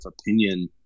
opinion